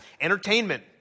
entertainment